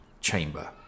chamber